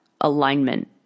alignment